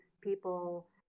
people